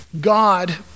God